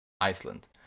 Iceland